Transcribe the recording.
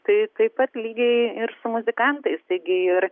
tai taip pat lygiai ir su muzikantais taigi ir